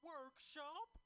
Workshop